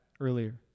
earlier